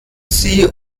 sie